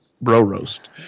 bro-roast